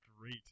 great